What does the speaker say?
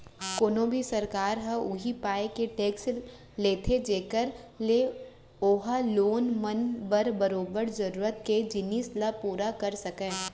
कोनो भी सरकार ह उही पाय के टेक्स लेथे जेखर ले ओहा लोगन मन बर बरोबर जरुरत के जिनिस ल पुरा कर सकय